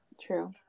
True